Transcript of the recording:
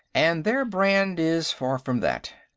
and their brand is far from that.